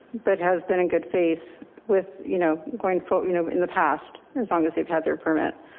but has been in good faith with you know going for you know in the past as long as they've had their permit.